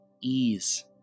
ease